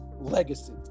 legacy